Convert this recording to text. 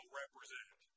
represent